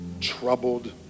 troubled